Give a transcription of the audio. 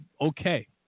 okay